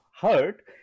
hurt